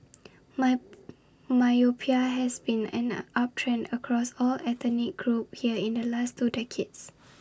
my myopia has been on an uptrend across all ethnic groups here in the last two decades